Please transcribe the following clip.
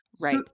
Right